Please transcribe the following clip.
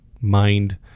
mind